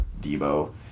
Debo